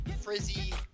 Frizzy